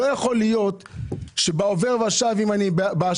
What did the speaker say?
לא יכול להיות שבאשראי של העובר ושב אני יכול